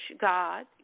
God